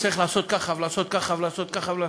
צריך לעשות ככה, ולעשות ככה ולעשות ככה.